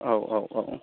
औ औ औ